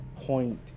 point